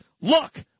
look